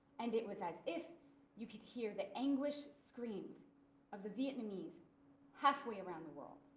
and it was as if you could hear the anguished screams of the vietnamese halfway around the world.